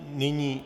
Nyní...